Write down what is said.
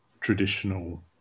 traditional